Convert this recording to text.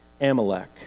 Amalek